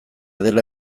dela